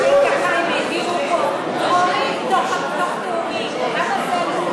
תהיה, הם העבירו פה חוק ביטוח לאומי, למה זה לא?